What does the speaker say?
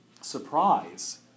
surprise